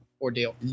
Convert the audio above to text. ordeal